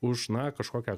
už na kažkokią